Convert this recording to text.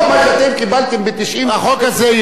יכול להיות שגם זה לא נכון,